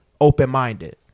open-minded